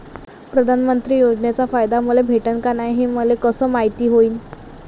प्रधानमंत्री योजनेचा फायदा मले भेटनं का नाय, हे मले कस मायती होईन?